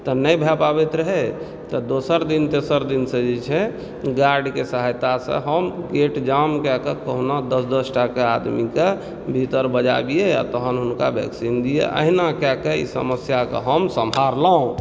तऽ नहि भए पाबैत रहय तऽ दोसर दिन तेसर दिनसँ जे छै गार्डके सहायतासँ हम गेट जाम कएके कोहुना दश दशटाके आदमीके भीतर बजाबिए आ तहन हुनका वैक्सिन दिअ अहिना कएके एहि समस्याके हम सम्हारलहुँ